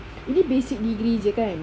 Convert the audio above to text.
ini basic degree jer kan